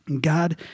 God